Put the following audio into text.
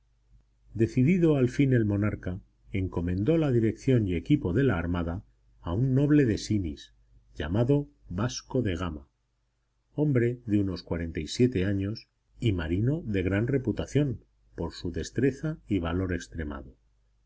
decidido al fin el monarca encomendó la dirección y equipo de la armada a un noble de synis llamado vasco de gama hombre de unos cuarenta y siete años y marino de gran reputación por su destreza y valor extremado